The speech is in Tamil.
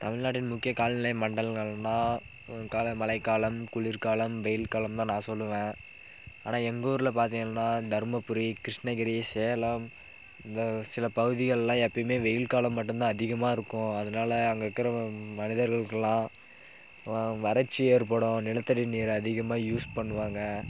தமிழ்நாட்டின் முக்கிய காலநிலை மண்டலங்கள்னா காலம் மழைக்காலம் குளிர்காலம் வெயில்காலம் தான் நான் சொல்லுவேன் ஆனால் எங்கள் ஊரில் பார்த்திங்கனா தருமபுரி கிருஷ்ணகிரி சேலம் இந்த சில பகுதிகளில் எப்பயுமே வெயில்காலம் மட்டும்தான் அதிகமாக இருக்கும் அதனால் அங்கே இருக்கிற மனிதர்களுக்கெல்லாம் வறட்சி ஏற்படும் நிலத்தடி நீர் அதிகமாக யூஸ் பண்ணுவாங்க